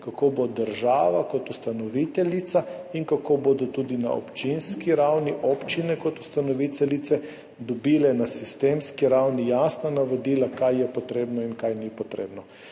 kako bo država kot ustanoviteljica in kako bodo tudi na občinski ravni občine kot ustanoviteljice dobile na sistemski ravni jasna navodila, kaj je potrebno in kaj ni potrebno.